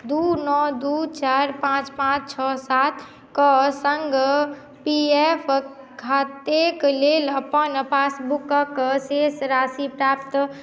दू नओ दू चारि पांच पांच छओ सात कऽ संग पी एफ खातेक लेल अपन पासबुकक शेष राशि प्राप्त